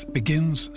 begins